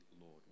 Lord